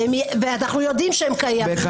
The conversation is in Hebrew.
ואנחנו יודעים שהם קיימים.